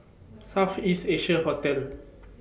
South East Asia Hotel